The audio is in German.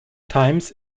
times